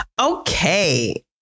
Okay